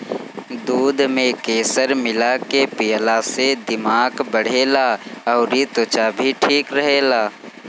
दूध में केसर मिला के पियला से दिमाग बढ़ेला अउरी त्वचा भी ठीक रहेला